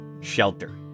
shelter